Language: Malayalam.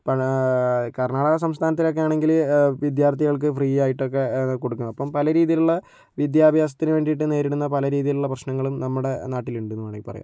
അപ്പോൾ കർണാടക സംസ്ഥാനത്തിലൊക്കെ ആണെങ്കിൽ വിദ്യാർഥികൾക്ക് ഫ്രീ ആയിട്ടൊക്കെ ആണ് കൊടുക്കണത് അപ്പം പല രീതിയിലുള്ള വിദ്യാഭ്യാസത്തിന് വേണ്ടിയിട്ട് നേരിടുന്ന പല രീതിയിലുള്ള പ്രശ്നങ്ങളും നമ്മുടെ നാട്ടിലിണ്ടെന്ന് വേണമെങ്കിൽ പറയാം